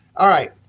all right.